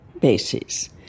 bases